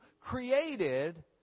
created